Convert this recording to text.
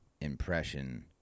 impression